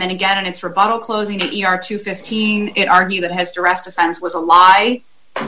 then again it's rebuttal closing the e r to fifteen it argue that has to rest offense was a lie